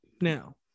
now